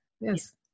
yes